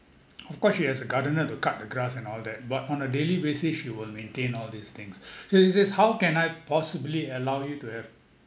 of course she has a gardener to cut the grass and all that but on a daily basis she will maintain all these things so he says how can I possibly allow you to have